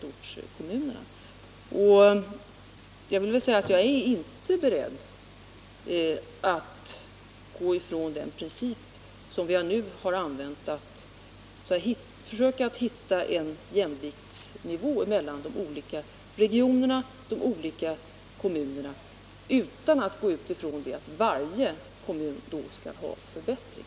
Jag är inte beredd att gå ifrån den princip som vi nu har använt, dvs. att försöka hitta en jämviktsnivå mellan de olika regionerna, de olika kommunerna, utan att utgå från att varje kommun skall få en förbättring.